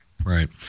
Right